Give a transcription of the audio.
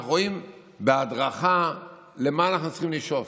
אנחנו רואים בהדרכה למה אנחנו צריכים לשאוף,